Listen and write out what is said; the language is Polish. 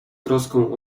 troską